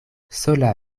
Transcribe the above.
sola